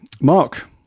Mark